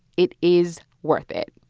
it is worth it,